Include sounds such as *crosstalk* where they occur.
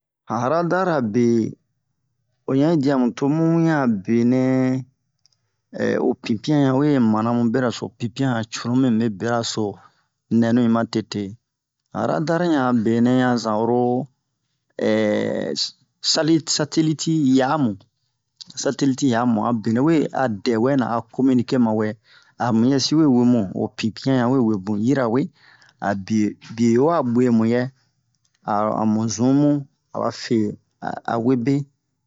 Han radar ra be o ɲa i diamu to mu wian a benɛ *hesitation* ho pipian yan we manamu bera so pipian han cunu mi mube bera so nɛnu ma tete han radar yan a benɛ zan oro *hesitation* salit sateliti yamu sateliti yamu mu'a benɛ a bɛ wɛna a kominike ma wɛ a mu yɛsin we webun ho pipian yan we webun yirawe a bie bie wa buwe mu yɛ aro amu zun mu a ba fe a we be